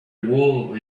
wool